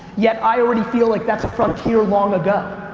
yet i already feel like that's a frontier long ago.